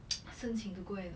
申请 to go and